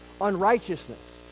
unrighteousness